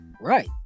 Right